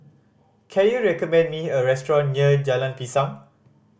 can you recommend me a restaurant near Jalan Pisang